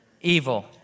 evil